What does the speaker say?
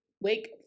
Wake